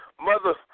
Mother